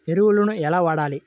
ఎరువులను ఎలా వాడాలి?